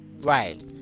right